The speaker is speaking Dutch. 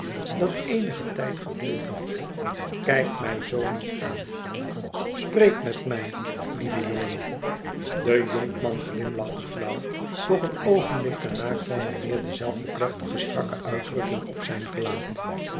dat eenigen tijd geduurd had kijk mij zoo niet aan spreek met mij lieve jongen de jonkman glimlachte flauw doch een oogenblik daarna kwam er weer dezelfde plechtige strakke uitdrukking op zijn gelaat